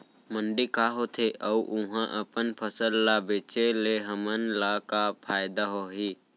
मंडी का होथे अऊ उहा अपन फसल ला बेचे ले हमन ला का फायदा होही?